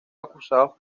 acusados